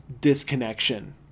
disconnection